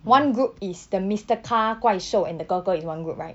one group is that mister car 怪兽 and the 哥哥 in one group right